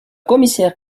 commissaire